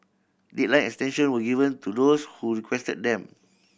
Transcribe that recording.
deadline extension were given to those who requested them